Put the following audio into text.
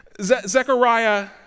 Zechariah